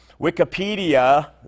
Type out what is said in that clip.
Wikipedia